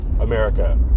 America